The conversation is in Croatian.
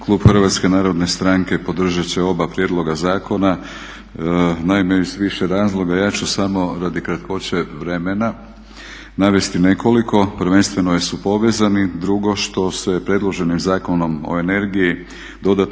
Klub HNS-a podržat će oba prijedloga zakona naime iz više razloga. Ja ću samo radi kratkoće vremena navesti nekoliko. Prvenstveno jer su povezani, drugo što se predloženim Zakonom o energiji dodatno